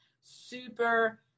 super